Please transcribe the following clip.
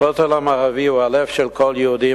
הכותל המערבי הוא הלב של כל יהודי,